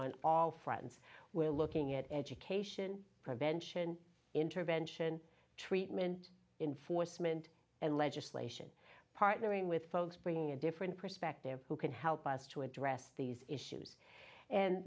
on all fronts we're looking at education prevention intervention treatment in force meant and legislation partnering with folks bringing a different perspective who can help us to address these issues and